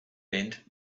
bent